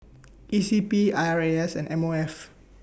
E C P I R A S and M O F